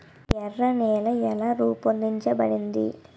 ఎర్ర నేల ఎలా రూపొందించబడింది?